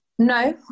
No